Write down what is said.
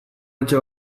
etxe